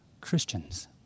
Christians